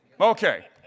Okay